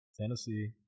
Tennessee